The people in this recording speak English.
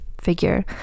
figure